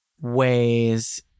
ways